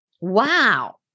Wow